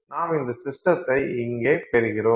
நாம் இந்த சிஸ்டத்தை இங்கே பெறுகிறோம்